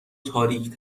تاریک